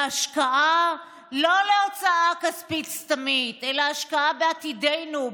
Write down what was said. לא הוצאה כספית סתמית אלא השקעה בעתידנו,